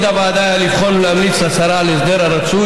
הכנסת מתבקשת לאשר החלטה זו.